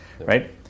right